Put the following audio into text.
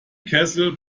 kessel